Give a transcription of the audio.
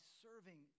serving